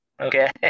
Okay